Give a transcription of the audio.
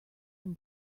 him